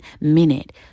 minute